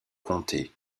comté